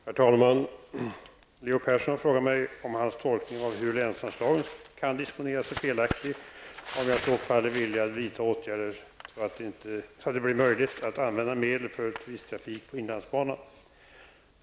Herr talman! Leo Persson har frågat mig om hans tolkning av hur länsanslagen kan disponeras är felaktig, och om jag i så fall är villig att vidta åtgärder så att det blir möjligt att använda medel för turisttrafik på inlandsbanan.